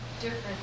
different